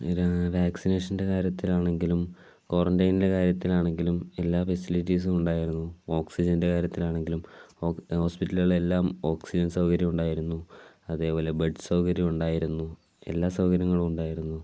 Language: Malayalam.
പിന്നെ വാക്സിനേഷൻ്റെ കാര്യത്തിലാണെങ്കിലും ക്വാറന്റൈൻൻ്റെ കാര്യത്തിലാണെങ്കിലും എല്ലാ ഫെസിലിറ്റീസും ഉണ്ടായിരുന്നു ഓക്സിജൻ്റെ കാര്യത്തിലാണെങ്കിലും ഹൊ ഹോസ്പിറ്റലുകളിൽ എല്ലാം ഓക്സിജൻ സൗകര്യം ഉണ്ടായിരുന്നു അതേപോലെ ബെഡ് സൗകര്യം ഉണ്ടായിരുന്നു എല്ലാ സൗകര്യങ്ങളും ഉണ്ടായിരുന്നു